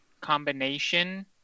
combination